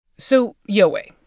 so yowei,